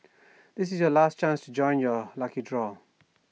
this is your last chance to join the lucky draw